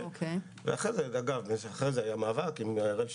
אחרי כן היה מאבק עם הראל שרעבי.